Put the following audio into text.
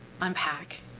unpack